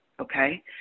Okay